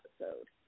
episode